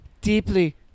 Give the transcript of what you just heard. deeply